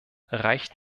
reicht